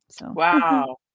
Wow